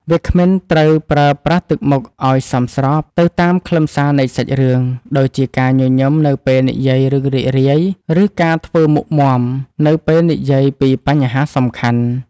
វាគ្មិនត្រូវប្រើប្រាស់ទឹកមុខឱ្យសមស្របទៅតាមខ្លឹមសារនៃសាច់រឿង ដូចជាការញញឹមនៅពេលនិយាយរឿងរីករាយ ឬការធ្វើមុខមាំនៅពេលនិយាយពីបញ្ហាសំខាន់។